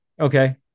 Okay